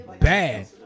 Bad